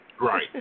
Right